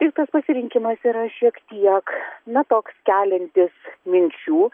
ir tas pasirinkimas yra šiek tiek na toks keliantis minčių